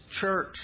church